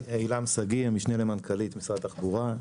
עילם שגיא, המשנה למנכ"לית משרד התחבורה.